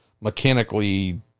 mechanically